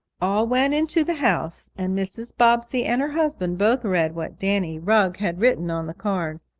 all went into the house, and mrs. bobbsey and her husband both read what danny rugg had written on the card.